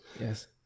Yes